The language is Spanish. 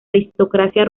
aristocracia